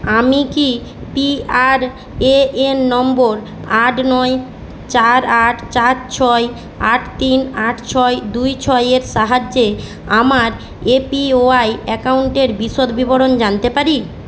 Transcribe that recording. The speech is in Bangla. আমি কি পিআর এএন নম্বর আট নয় চার আট চার ছয় আট তিন আট ছয় দুই ছয়ের সাহায্যে আমার এপিওয়াই অ্যাকাউন্টের বিশদ বিবরণ জানতে পারি